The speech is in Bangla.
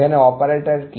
এখানে অপারেটর কি